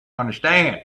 understand